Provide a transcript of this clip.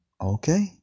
Okay